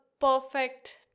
perfect